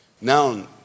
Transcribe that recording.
Now